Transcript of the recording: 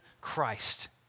Christ